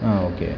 ആ ഓക്കെ